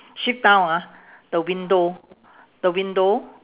shift down ah the window the window